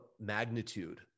magnitude